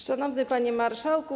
Szanowny Panie Marszałku!